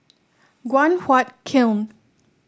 Guan Huat Kiln